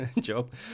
job